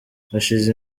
hashize